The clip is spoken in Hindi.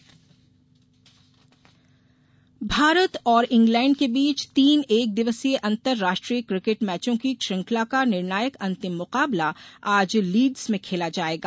किकेट भारत और इंग्लैंड के बीच तीन एकदिवसीय अंतर्राष्ट्रीय क्रिकेट मैचों की श्रृंखला का निर्णायक अंतिम मुकाबला आज लीड्स में खेला जाएगा